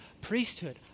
priesthood